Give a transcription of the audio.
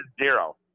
zero